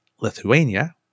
Lithuania